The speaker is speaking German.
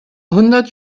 hundert